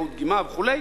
טעות דגימה וכו'